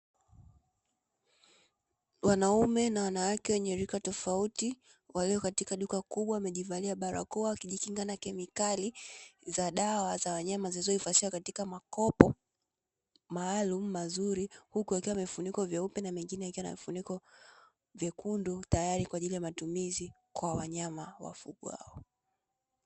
Wanaume na wanawake wenye rika tofauti walio katika duka kubwa wamevalia barakoa, wakijikinga na kemikali za dawa za wanyama zilizohifadhiwa katika makopo maalumu, mazuri huku yakiwa yanavifuniko vyeupe na mangine yakiwa na vifuniko vyekundu tayari kwa ajili ya matumizi kwa wanyama wafugwao.